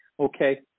Okay